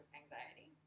anxiety